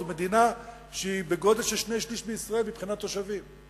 זו מדינה שהיא בגודל של שני-שלישים מישראל מבחינת תושבים.